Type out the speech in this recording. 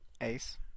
Ace